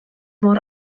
mor